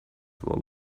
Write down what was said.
would